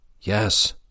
Yes